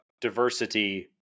diversity